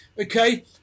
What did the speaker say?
Okay